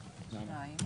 שניים.